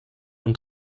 und